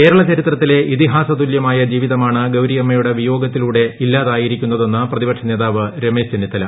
കേരള ചരിത്രത്തിലെ ഇതിഹാസ തുല്യമായ ജീവിതമാണ് ഗൌരിയമ്മയുടെ വിയോഗത്തിലൂടെ ഇല്ലാതായിരിക്കുന്ന തെന്ന് പ്രതിപക്ഷ നേതാവ് രമേശ് ചെന്നിത്തല